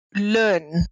learn